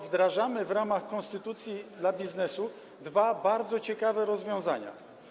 Wdrażamy w ramach konstytucji dla biznesu dwa bardzo ciekawe rozwiązania.